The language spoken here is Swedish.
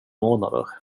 månader